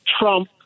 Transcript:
Trump